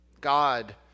God